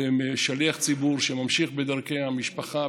שליח ציבור שממשיך בדרכי המשפחה,